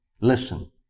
Listen